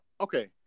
okay